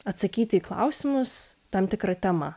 atsakyti į klausimus tam tikra tema